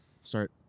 start